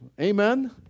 Amen